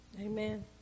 Amen